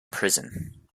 prison